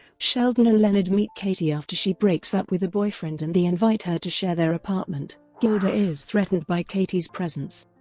sheldon and leonard meet katie after she breaks up with a boyfriend and they invite her to share their apartment. gilda is threatened by katie's presence.